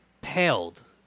paled